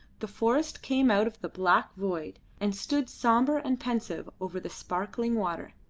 the forest came out of the black void and stood sombre and pensive over the sparkling water.